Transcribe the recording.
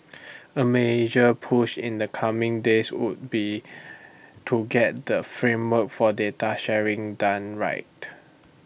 A major push in the coming days would be to get the framework for data sharing done right